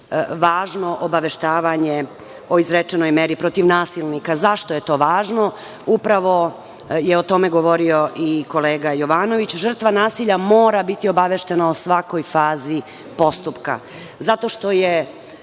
važno obaveštavanje o izrečenoj meri protiv nasilnika.Zašto je to važno? Upravo je o tome govorio i kolega Jovanović. Žrtva nasilja mora biti obaveštena o svakoj fazi postupka, zato što je